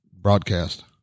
broadcast